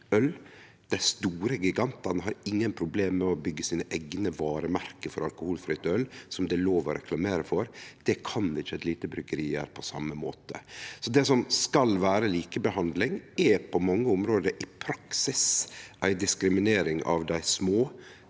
Dei store gigantane har ingen problem med å byggje sine eigne varemerke for alkoholfritt øl, som det er lov å reklamere for. Det kan ikkje eit lite bryggeri gjere på same måten. Det som skal vere likebehandling, er på mange område i praksis ei diskriminering av dei små,